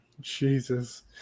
Jesus